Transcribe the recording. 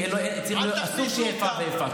כי אסור שתהיה איפה ואיפה.